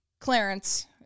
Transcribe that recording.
Clarence